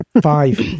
Five